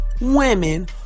women